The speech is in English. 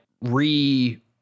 re